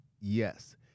yes